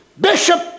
Bishop